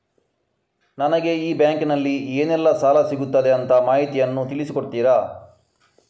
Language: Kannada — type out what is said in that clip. ನನಗೆ ಈ ಬ್ಯಾಂಕಿನಲ್ಲಿ ಏನೆಲ್ಲಾ ಸಾಲ ಸಿಗುತ್ತದೆ ಅಂತ ಮಾಹಿತಿಯನ್ನು ತಿಳಿಸಿ ಕೊಡುತ್ತೀರಾ?